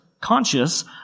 conscious